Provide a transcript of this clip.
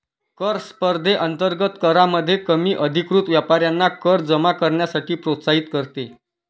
कर स्पर्धेअंतर्गत करामध्ये कमी अधिकृत व्यापाऱ्यांना कर जमा करण्यासाठी प्रोत्साहित करते